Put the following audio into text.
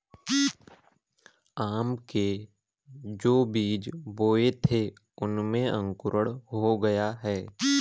आम के जो बीज बोए थे उनमें अंकुरण हो गया है